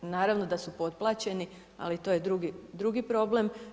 Naravno da su potplaćeni, ali to je drugi problem.